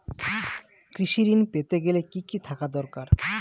কৃষিঋণ পেতে গেলে কি কি থাকা দরকার?